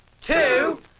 two